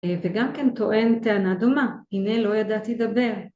וגם כן טוען טענה דומה, הנה לא ידעתי דבר.